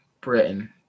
Britain